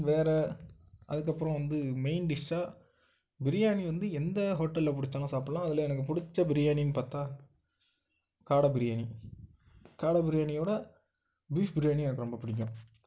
வேறு அதுக்கப்புறம் வந்து மெயின் டிஷ்ஷாக பிரியாணி வந்து எந்த ஹோட்டலில் பிடிச்சாலும் சாப்பிட்லாம் அதில் எனக்கு பிடிச்ச பிரியாணின்னு பார்த்தா காடை பிரியாணி காடை பிரியாணி ஓட பீஃப் பிரியாணி எனக்கு ரொம்ப பிடிக்கும்